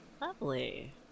Lovely